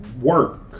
work